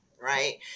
right